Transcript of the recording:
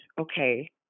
okay